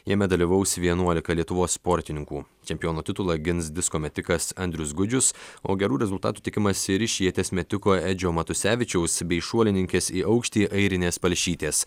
jame dalyvaus vienuolika lietuvos sportininkų čempiono titulą gins disko metikas andrius gudžius o gerų rezultatų tikimasi ir iš ieties metiko edžio matusevičiaus bei šuolininkės į aukštį airinės palšytės